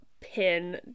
pin